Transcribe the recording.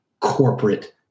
corporate